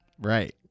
right